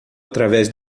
através